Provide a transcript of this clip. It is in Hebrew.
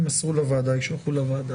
יישלחו לוועדה.